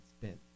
spent